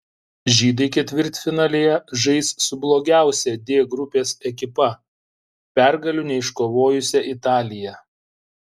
žydai ketvirtfinalyje žais su blogiausia d grupės ekipa pergalių neiškovojusia italija